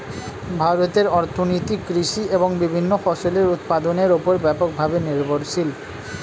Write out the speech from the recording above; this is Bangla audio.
ভারতের অর্থনীতি কৃষি এবং বিভিন্ন ফসলের উৎপাদনের উপর ব্যাপকভাবে নির্ভরশীল